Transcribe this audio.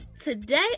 Today